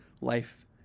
life